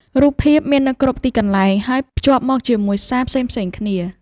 រូបភាពមាននៅគ្រប់ទីកន្លែង ហើយភ្ជាប់មកជាមួយសារផ្សេងៗគ្នា។